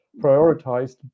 prioritized